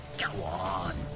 on